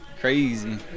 crazy